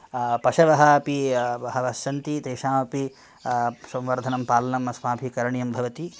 पशवः अपि बहवः सन्ति तेषाम् अपि संवर्धनं पालनम् अस्माभिः करणीयं भवति